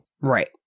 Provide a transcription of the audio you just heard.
Right